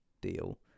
deal